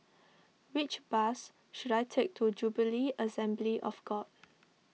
which bus should I take to Jubilee Assembly of God